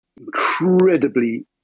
Incredibly